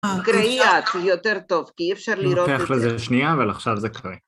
קריאה יותר טוב, כי אי אפשר לראות את זה. לוקח לזה שנייה, אבל עכשיו זה קריא.